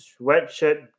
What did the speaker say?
sweatshirt